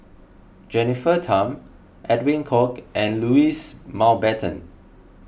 Jennifer Tham Edwin Koek and Louis Mountbatten